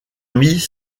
mis